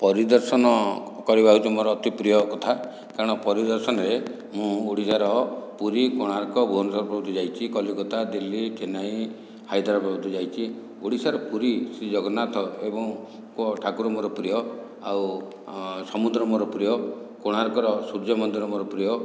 ପରିଦର୍ଶନ କରିବା ହେଉଛି ମୋର ଅତି ପ୍ରିୟ କଥା କାରଣ ପରିଦର୍ଶନରେ ମୁଁ ଓଡ଼ିଶାର ପୁରୀ କୋଣାର୍କ ଭୁବନେଶ୍ଵର ବହୁତ ଯାଇଛି କଲିକତା ଦିଲ୍ଲୀ ଚେନ୍ନାଇ ହାଇଦ୍ରା ବହୁତ ଯାଇଛି ଓଡ଼ିଶାର ପୁରୀ ଶ୍ରୀ ଜଗନ୍ନାଥ ଏବଂ ଠାକୁର ମୋର ପ୍ରିୟ ଆଉ ସମୁଦ୍ର ମୋର ପ୍ରିୟ କୋଣାର୍କର ସୂର୍ଯ୍ୟ ମନ୍ଦିର ମୋର ପ୍ରିୟ